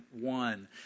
one